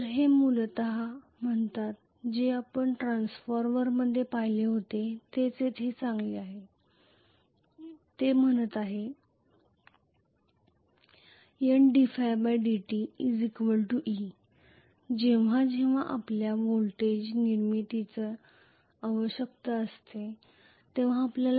तर हे मूलत म्हणतात जे आपण ट्रान्सफॉर्मरमध्ये पाहिले होते तेच येथे चांगले आहे जे म्हणत आहे N dϕdt e जेव्हा जेव्हा आपल्याला व्होल्टेज निर्मितीची आवश्यकता असते आम्हाला प्रवाह बदलण्याचा दर आवश्यक आहे